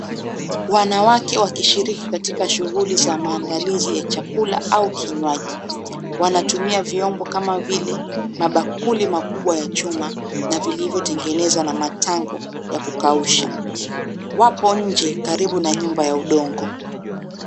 Wanawake wakishiriki katika shughuli za maandalizi ya chakula au kinywaji. Wanatumia vyombo kama vile, mabakuli makubwa ya chuma na vilivyotengenezwa na matango ya kukausha. Wapo nje karibu na nyumba ya udongo.